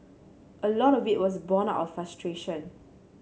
a lot of it was born out of frustration